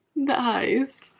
the eyes.